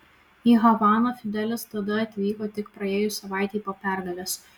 į havaną fidelis tada atvyko tik praėjus savaitei po pergalės